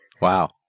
Wow